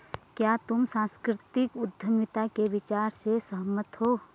क्या तुम सांस्कृतिक उद्यमिता के विचार से सहमत हो?